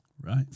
Right